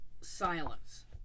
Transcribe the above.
silence